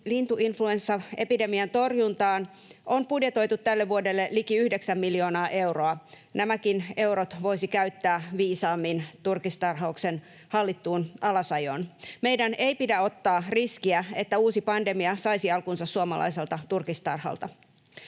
lintuinfluenssaepidemian torjuntaan on budjetoitu tälle vuodelle liki yhdeksän miljoonaa euroa. Nämäkin eurot voisi käyttää viisaammin turkistarhauksen hallittuun alasajoon. Meidän ei pidä ottaa riskiä, että uusi pandemia saisi alkunsa suomalaiselta turkistarhalta.